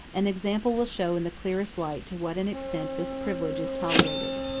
an example will show in the clearest light to what an extent this privilege is tolerated.